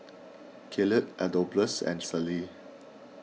Caleigh Adolphus and Celie